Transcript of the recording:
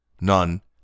None